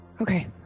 Okay